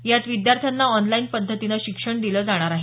यात विद्यार्थ्यांना ऑनलाईन पद्धतीनं शिक्षण दिलं जाणार आहे